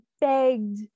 Begged